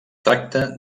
tracta